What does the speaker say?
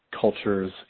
cultures